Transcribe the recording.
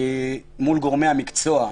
היא מול גורמי המקצוע,